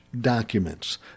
documents